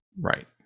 Right